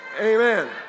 Amen